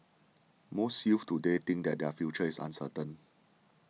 most youths today think that their future is uncertain